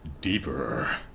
deeper